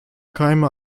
keime